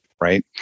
right